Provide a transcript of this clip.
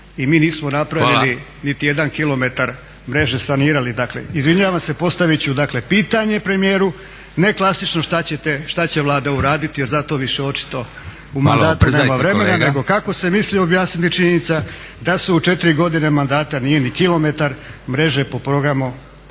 i mi nismo napravili niti jedan kilometar mreže sanirali. Dakle, izvinjavam se, postavit ću, dakle pitanje premijeru ne klasično šta će Vlada uraditi jer za to više očito u … …/Upadica predsjednik: Malo ubrzajte kolega./… … mandatu nema vremena, nego kako se misli objasniti činjenica da se u četiri godine mandata nije ni kilometar mreže po programu